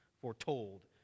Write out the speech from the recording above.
foretold